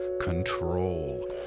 control